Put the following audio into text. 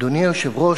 אדוני היושב-ראש,